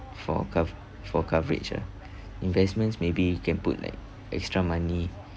for cov~ for coverage ah investments maybe can put like extra money